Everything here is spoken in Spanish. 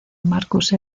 marcus